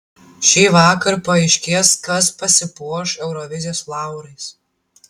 šįvakar paaiškės kas pasipuoš eurovizijos laurais